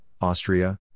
Austria